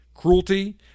Cruelty